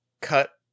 cut